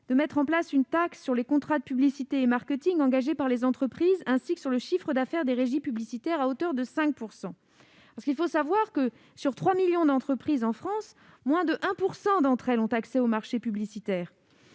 de mettre en place une taxe sur les contrats de publicité et marketing engagés par les entreprises, ainsi que sur le chiffre d'affaires des régies publicitaires, à hauteur de 5 %. Moins de 1 % des trois millions d'entreprises de France ont accès au marché publicitaire.